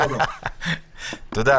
ואסים, תודה.